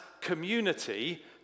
community